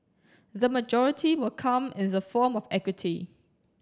the majority will come in the form of equity